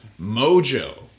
Mojo